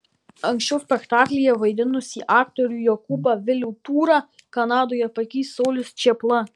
anksčiau spektaklyje vaidinusį aktorių jokūbą vilių tūrą kanadoje pakeis saulius čėpla